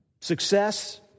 Success